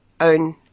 own